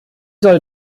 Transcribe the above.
soll